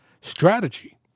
strategy